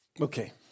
Okay